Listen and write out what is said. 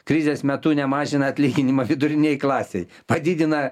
krizės metu nemažina atlyginimų vidurinei klasei padidina